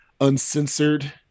uncensored